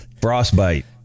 Frostbite